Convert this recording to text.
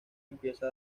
empieza